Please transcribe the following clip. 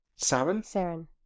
Saren